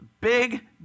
Big